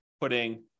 putting